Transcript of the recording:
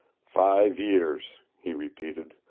five years! he repeated.